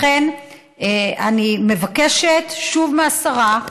לכן, אני מבקשת שוב מהשרה,